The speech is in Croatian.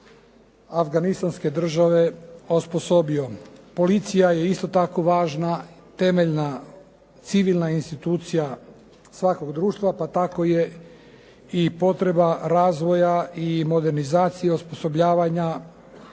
afganistanske države osposobio. Policija je isto tako važna temeljna civilna institucija svakog društva, pa tako je i potreba razvoja i modernizacije i osposobljavanja